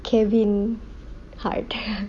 kevin hart